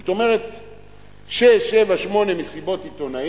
זאת אומרת, שש, שבע, שמונה מסיבות עיתונאים,